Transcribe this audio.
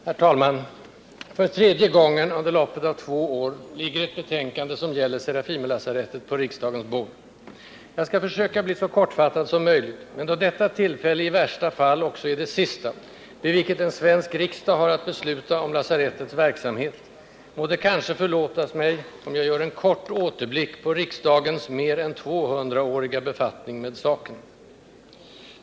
Herr talman! För tredje gången under loppet av två år ligger nu ett betänkande som gäller Serafimerlasarettet på riksdagens bord. Jag skall försöka bli så kortfattad som möjligt, men då detta tillfälle i värsta fall också är det sista, vid vilket en svensk riksdag har att besluta om lasarettets verksamhet, må det kanske förlåtas mig om jag gör en kort återblick på riksdagens mer än tvåhundraåriga befattning med saken.